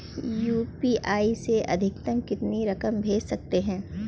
UPI से अधिकतम कितनी रकम भेज सकते हैं?